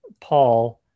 Paul